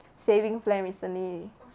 savings plan recently